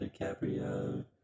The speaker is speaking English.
DiCaprio